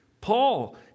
Paul